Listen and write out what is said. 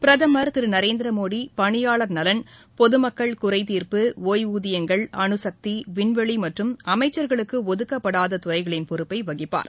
பிரதமர் திரு நரேந்திரமோடி பணியாளர்நலன் பொதுமக்கள் குறைதீர்ப்பு ஒய்வூதியங்கள் அனுசக்தி விண்வெளி மற்றும் அமைச்சர்களுக்கு ஒதுக்கப்படாத துறைகளின் பொறுப்பை வகிப்பார்